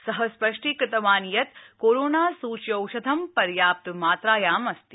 सः स्पष्टीकृतवान् यत् कोरोना सूच्यौषधं पर्याप्तमात्रायां अस्ति